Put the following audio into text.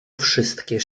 wszystkie